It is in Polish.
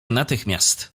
natychmiast